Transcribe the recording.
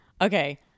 Okay